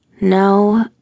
No